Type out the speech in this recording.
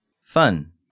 fun